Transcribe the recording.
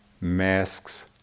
masks